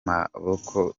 maboko